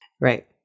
Right